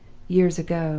years ago,